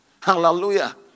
Hallelujah